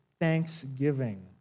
thanksgiving